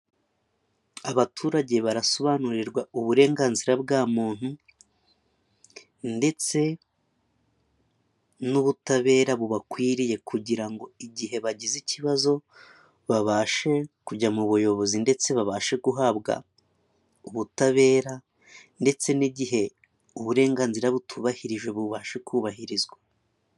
Abaturage barasobanurirwa uburenganzira bwa muntu ndetse n'ubutabera bubakwiriye, kugira ngo igihe bagize ikibazo babashe kujya mu buyobozi, ndetse babashe guhabwa ubutabera, ndetse n'igihe uburenganzira butubahirijwe bubashe kubahirizwa.